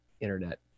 internet